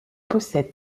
possède